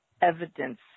evidence